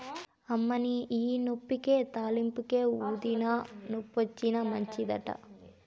అమ్మనీ ఇయ్యి తాలింపుకే, ఊదినా, నొప్పొచ్చినా మంచిదట